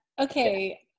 Okay